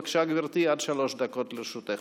בבקשה, גברתי, עד שלוש דקות לרשותך.